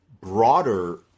broader